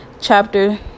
chapter